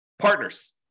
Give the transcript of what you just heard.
Partners